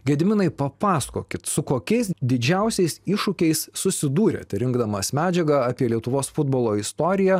gediminai papasakokit su kokiais didžiausiais iššūkiais susidūrėt rinkdamas medžiagą apie lietuvos futbolo istoriją